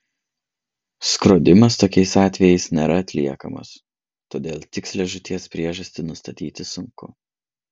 skrodimas tokiais atvejais nėra atliekamas todėl tikslią žūties priežastį nustatyti sunku